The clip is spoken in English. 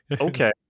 Okay